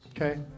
Okay